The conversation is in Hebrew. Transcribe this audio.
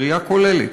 ראייה כוללת,